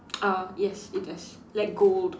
ah yes it does like gold